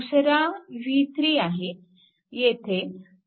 दुसरा v3 येथे आहे